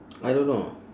I don't know